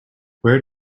where